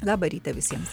labą rytą visiems